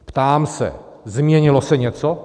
Ptám se změnilo se něco?